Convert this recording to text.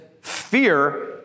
fear